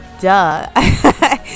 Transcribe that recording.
Duh